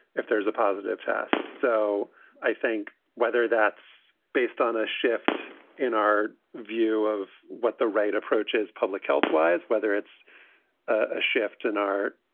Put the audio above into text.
if there's a positive test. so i think whether that's based on a shift in our view of what the right approach is, public health wise, whether it's a shift in our,